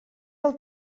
del